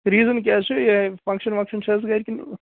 reason کیٛاہ حظ چھِ فَنگشَن وَنگشَن چھِ حظ گَرِ کِنہٕ